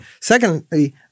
Secondly